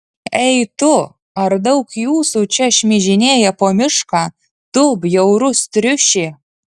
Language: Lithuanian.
ei tu ar daug jūsų čia šmižinėja po mišką tu bjaurus triuši